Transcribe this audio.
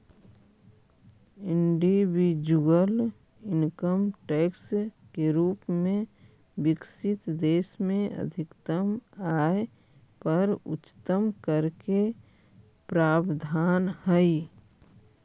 individual income tax के रूप में विकसित देश में अधिकतम आय पर उच्चतम कर के प्रावधान हई